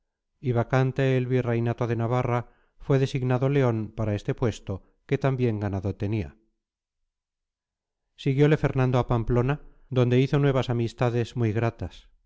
y vacante el virreinato de navarra fue designado león para este puesto que tan bien ganado tenía siguiole fernando a pamplona donde hizo nuevas amistades muy gratas